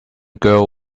girl